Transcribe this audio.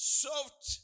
soft